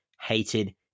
hated